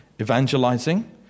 evangelizing